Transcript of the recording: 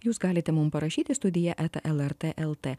jūs galite mum parašyti studija eta lrt lt